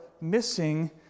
missing